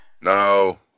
no